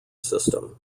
system